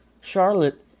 Charlotte